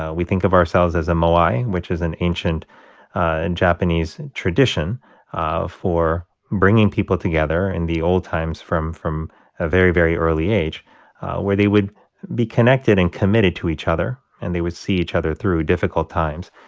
ah we think of ourselves as a moai, which is an ancient and japanese tradition ah for bringing people together in the old times from a ah very, very early age where they would be connected and committed to each other, and they would see each other through difficult times,